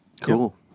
cool